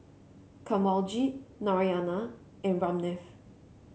Kanwaljit Narayana and Ramnath